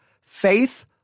faith